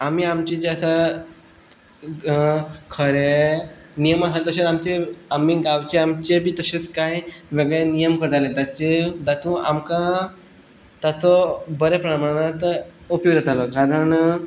आमी आमचे जे आसा खरें नेम आसा तशे आमी गांवचे आमचे बी तशेच कांय वेगळे नियम करताले जे जातूं आमकां ताचो बरे प्रमाणांत उपयोग जातालो कारण